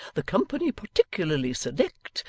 the company particularly select,